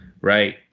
right